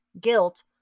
guilt